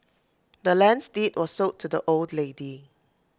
the land's deed was sold to the old lady